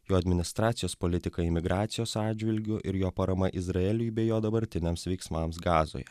jo administracijos politika imigracijos atžvilgiu ir jo parama izraeliui bei jo dabartiniams veiksmams gazoje